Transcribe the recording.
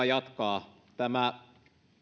jatkaa tämä